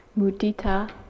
mudita